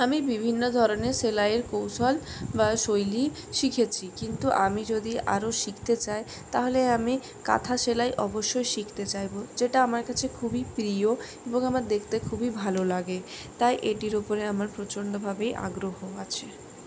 আমি বিভিন্ন ধরনে সেলাইয়ের কৌশল বা শৈলী শিখেছি কিন্তু আমি যদি আরো শিখতে চাই তাহলে আমি কাঁথা সেলাই অবশ্যই শিখতে চাইবো যেটা আমার কাছে খুবই প্রিয় এবং আমার দেখতে খুবই ভালো লাগে তাই এটির উপরে আমার প্রচণ্ডভাবেই আগ্রহ আছে